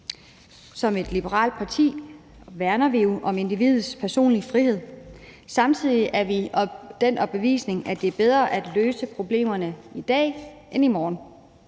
Som et liberalt parti værner vi om individets personlige frihed, og samtidig er vi af den overbevisning, at det er bedre at løse problemerne i dag end i morgen.